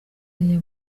ukomeye